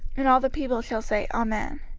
and all the people shall say, amen.